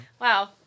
Wow